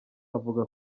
avuga